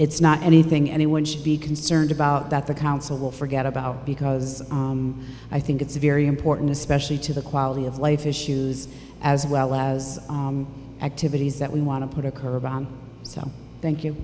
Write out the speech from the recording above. it's not anything anyone should be concerned about that the council will forget about because i think it's very important especially to the quality of life issues as well as activities that we want to put a curb on so thank you